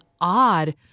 odd